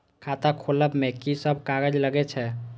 खाता खोलब में की सब कागज लगे छै?